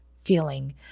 feeling